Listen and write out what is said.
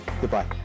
goodbye